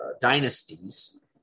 dynasties